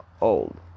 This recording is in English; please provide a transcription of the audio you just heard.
old